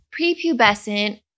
prepubescent